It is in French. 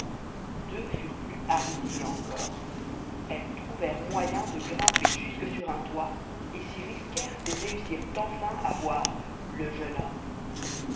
deux furent plus hardies encore elles trouvèrent moyen de grimper jusque sur un toit et s'y risquèrent et réussirent enfin à voir le jeune homme